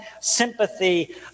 sympathy